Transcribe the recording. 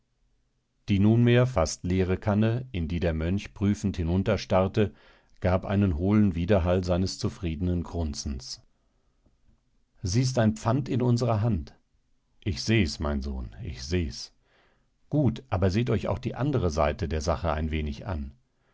die nunmehr fast leere kanne in die der mönch prüfend hinunterstarrte gab einen hohlen widerhall seines zufriedenen grunzens sie ist ein pfand in unserer hand ich seh's mein sohn ich seh's gut aber seht euch auch die andere seite der sache ein wenig an